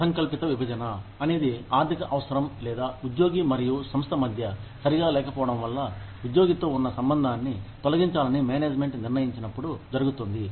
అసంకల్పిత విభజన అనేది ఆర్థిక అవసరం లేదా ఉద్యోగి మరియు సంస్థ మధ్య సరిగా లేకపోవడం వల్ల ఉద్యోగి తో ఉన్న సంబంధాన్ని తొలగించాలని మేనేజ్మెంట్ నిర్ణయించినప్పుడు జరుగుతుంది